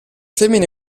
femmine